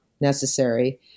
necessary